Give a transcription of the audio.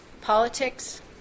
politics